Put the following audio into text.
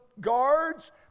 guards